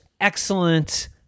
excellent